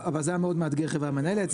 אבל זה היה מאוד מאתגר חברה מנהלת.